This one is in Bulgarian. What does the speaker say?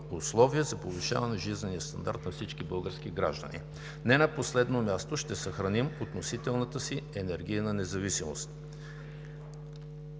условие за повишаване на жизнения стандарт на всички български граждани. Не на последно място, ще съхраним относителната си енергийна независимост.